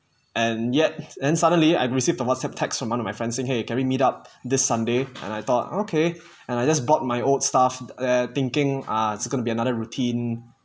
and yet and suddenly I received the whatsapp text from one of my friends in !hey! can we meet up this sunday and I thought okay and I just bought my old stuff there thinking ah it's gonna be another routine